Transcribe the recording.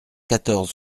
quatorze